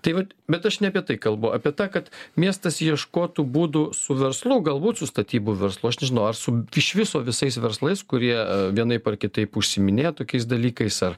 tai va bet aš ne apie tai kalbu apie tą kad miestas ieškotų būdų su verslu galbūt su statybų verslu aš nežinau ar su iš viso visais verslais kurie vienaip ar kitaip užsiiminėja tokiais dalykais ar